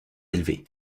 élevé